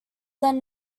then